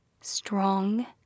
strong